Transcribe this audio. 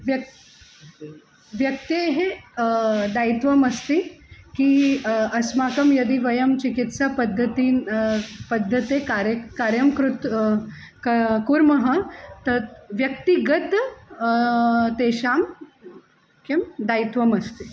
व्यक्तिः व्यक्तेः दायित्वमस्ति किं अस्माकं यदि वयं चिकित्सापद्धतीन् पद्धतेः कार्यं कार्यं कृतं का कुर्मः तत् व्यक्तिगतं तेषां किं दायित्वम् अस्ति